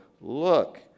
look